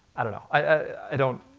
i don't know. i don't.